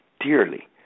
dearly